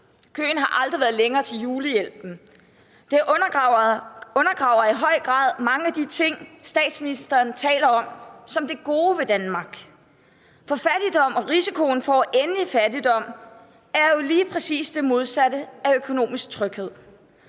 Køen har aldrig været længere til julehjælpen. Det undergraver i høj grad mange af de ting, statsministeren taler om som det gode ved Danmark. For fattigdom og risikoen for at ende i fattigdom er jo lige præcis det modsatte af økonomisk tryghed.